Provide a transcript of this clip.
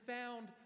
found